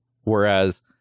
Whereas